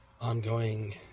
ongoing